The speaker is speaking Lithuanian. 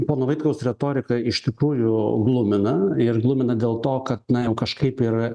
pono vaitkaus retorika iš tikrųjų glumina ir glumina dėl to kad na jau kažkaip ir